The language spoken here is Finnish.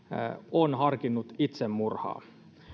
on harkinnut itsemurhaa